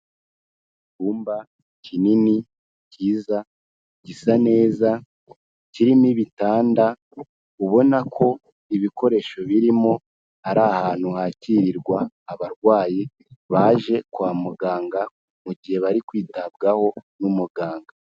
Icyumba kinini kiza, gisa neza kirimo ibitanda ubona ko ibikoresho birimo ari ahantu hakirirwa abarwayi baje kwa muganga mu gihe bari kwitabwaho n'umuganga.